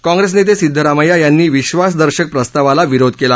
काँप्रेस नेते सिद्धरामय्या यांनी विश्वासदर्शक प्रस्तावाला विरोध केला